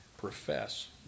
profess